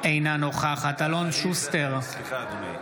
אינה נוכחת סליחה, אדוני.